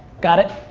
got it?